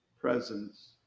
presence